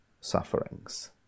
sufferings